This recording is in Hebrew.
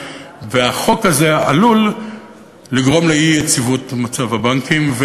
ושהחוק הזה עלול לגרום לאי-יציבות במצב הבנקים.